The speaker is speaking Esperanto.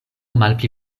malpli